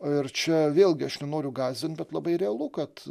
ir čia vėlgi aš nenoriu gąsdint bet labai realu kad